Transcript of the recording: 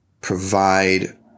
provide